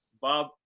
Bob